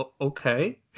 okay